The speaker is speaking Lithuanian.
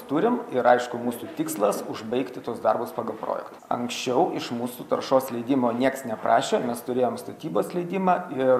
turim ir aišku mūsų tikslas užbaigti tuos darbus pagal projektą anksčiau iš mūsų taršos leidimo nieks neprašė mes turėjom statybos leidimą ir